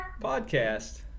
podcast